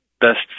best